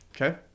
Okay